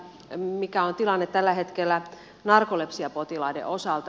mikä on tilanne tällä hetkellä narkolepsiapotilaiden osalta